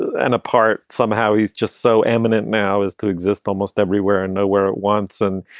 an apart somehow he's just so eminent now is to exist almost everywhere and nowhere at once and,